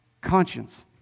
conscience